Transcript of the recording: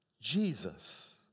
Jesus